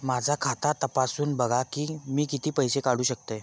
माझा खाता तपासून बघा मी किती पैशे काढू शकतय?